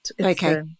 Okay